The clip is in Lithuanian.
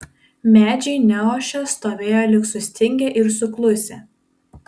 medžiai neošė stovėjo lyg sustingę ir suklusę